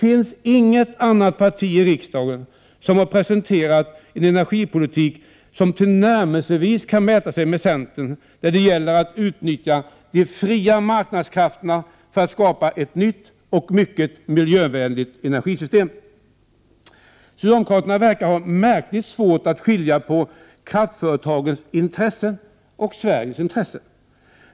Inte något annat parti i riksdagen har ju presenterat en energipolitik, som tillnärmelsevis kan mäta sig med centerns när det gäller att utnyttja de fria marknadskrafterna för att skapa ett nytt och mycket miljövänligt energisystem. Socialdemokraterna verkar ha märkligt svårt att skilja på kraftföretagens och Sveriges intressen.